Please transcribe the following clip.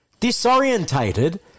Disorientated